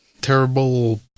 terrible